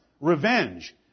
Revenge